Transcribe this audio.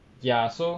ya so